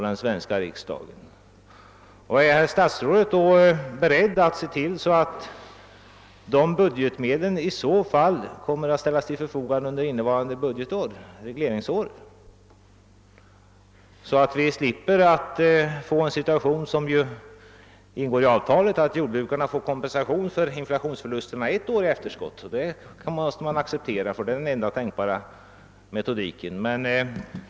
den svenska riksdagen? Är statsrådet villig att se till att dessa budgetmedel i så fall kommer att ställas till förfogande under innevarande regleringsår, så att vi slipper en situation, som ej ingår i avtalet, nämligen att jordbrukarna får kompensation för inflationsförlusterna ett år i efterskott? Det måste man acceptera, ty det är den enda tänkbara metodiken.